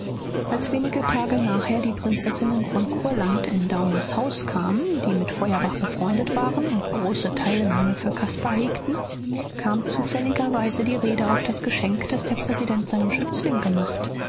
als wenige tage nachher die prinzessinnen von kurland in daumers haus kamen die mit feuerbach befreundet waren und große teilnahme für caspar hegten kam zufälligerweise die rede auf das geschenk das der präsident seinem schützling gemacht